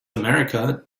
america